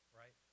right